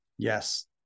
Yes